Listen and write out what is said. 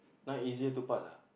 now easier to pass ah